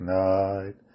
night